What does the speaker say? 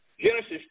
Genesis